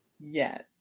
yes